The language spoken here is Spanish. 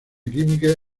química